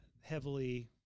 heavily